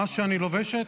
מה שאני לובשת,